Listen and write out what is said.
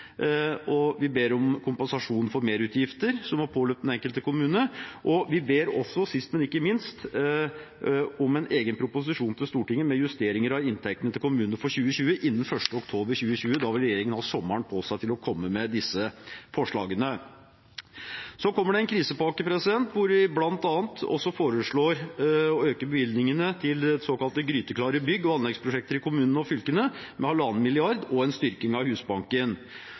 vi ber om kompensasjon for merutgifter som har påløpt den enkelte kommune, og vi ber også – sist, men ikke minst – om en egen proposisjon til Stortinget med justeringer av inntektene til kommunene for 2020, innen 1. oktober 2020. Da vil regjeringen ha sommeren på seg til å komme med disse forslagene. Så kommer det en krisepakke, hvor vi bl.a. også foreslår å øke bevilgningene til såkalt gryteklare bygg- og anleggsprosjekter i kommunene og fylkene med 1,5 mrd. kr, og en styrking av Husbanken.